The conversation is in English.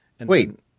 Wait